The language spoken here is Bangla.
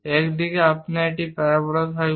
একদিকে আপনার একটি প্যারাবোলা থাকবে